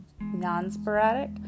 non-sporadic